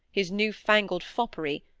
his new-fangled foppery,